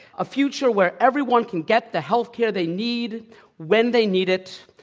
a future where everyone can get the healthcare they need when they need it,